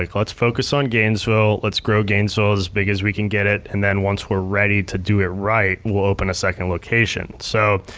like let's focus on gainesville, let's grow gainesville as big as we can get and then once we're ready to do it right, we'll open a second location. so